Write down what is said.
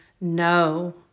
no